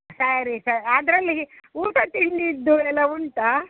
ಸರಿ ಸರ್ ಅದರಲ್ಲಿ ಊಟ ತಿಂಡಿಯದ್ದು ಎಲ್ಲ ಉಂಟಾ